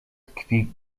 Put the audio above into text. tkwi